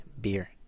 beer